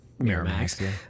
Miramax